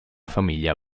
famiglia